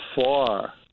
far